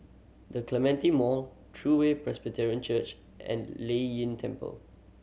The Clementi Mall True Way Presbyterian Church and Lei Yin Temple